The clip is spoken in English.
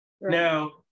now